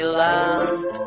land